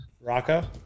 Rocco